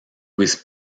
was